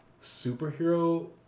superhero